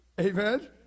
Amen